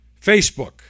Facebook